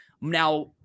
Now